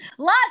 Lots